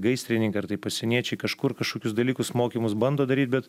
gaisrininkai ar tai pasieniečiai kažkur kažkokius dalykus mokymus bando daryt bet